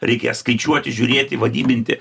reikia skaičiuoti žiūrėti vadybinti